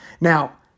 Now